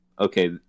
Okay